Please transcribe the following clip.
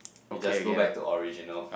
we just go back to original